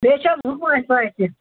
بیٚیہِ چھِ حظ حُکم اَسہِ لایق کینٛہہ